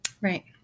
Right